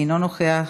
אינו נוכח,